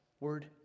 word